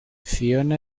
fiona